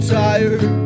tired